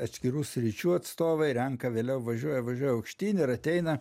atskirų sričių atstovai renka vėliau važiuoja važiuoja aukštyn ir ateina